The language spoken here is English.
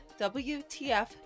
WTF